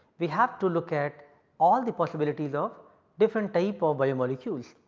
we have to look at all the possibilities of different type of bio molecules.